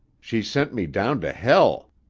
she sent me down to hell.